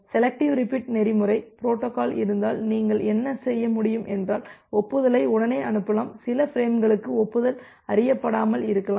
selective repeat நெறிமுறை protocol இருந்தால் நீங்கள் என்ன செய்ய முடியும் என்றால் ஒப்புதலை உடனே அனுப்பலாம் சில பிரேம்களுக்கு ஒப்புதல் அறியப்படாமல் இருக்கலாம்